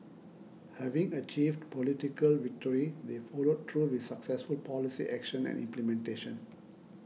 having achieved political victory they followed through with successful policy action and implementation